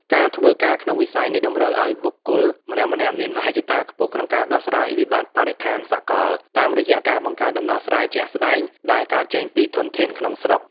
ការធ្វើការក្នុងវិស័យនេះតម្រូវឱ្យបុគ្គលម្នាក់ៗមានមហិច្ឆតាខ្ពស់ក្នុងការដោះស្រាយវិបត្តិបរិស្ថានសកល តាមរយៈការបង្កើតដំណោះស្រាយជាក់ស្ដែងដែលកើតចេញពីធនធានក្នុងស្រុក។